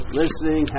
listening